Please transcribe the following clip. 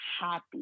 happy